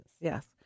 Yes